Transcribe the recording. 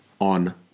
on